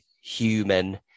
human